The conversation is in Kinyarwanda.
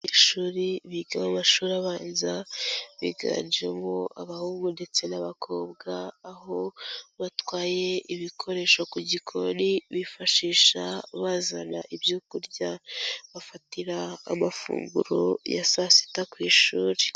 Abanyeshuri biga mu mashuri abanza, biganjemo abahungu ndetse n'abakobwa, aho batwaye ibikoresho ku gikoni bifashisha bazana ibyo kurya. Bafatira amafunguro ya saa sita ku ishuri.